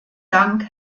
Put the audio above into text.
dank